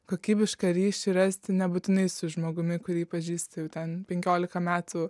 kokybišką ryšį rasti nebūtinai su žmogumi kurį pažįsti ten penkiolika metų